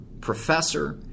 professor